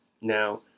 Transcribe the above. now